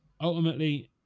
ultimately